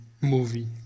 movie